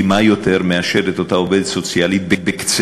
כי מה יותר קל מאשר לתקוף את אותה עובדת סוציאלית בקצה,